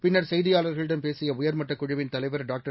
பின்னர் செய்தியாளர்களிடம் பேசிய உயர்மட்டக் குழுவின் தலைவர் டாக்டர்